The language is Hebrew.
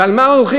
ועל מה הולכים?